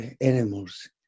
animals